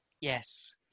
Yes